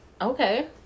Okay